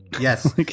Yes